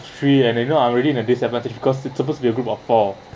three and you know I'm already in a disadvantage because it's supposed to be a group of four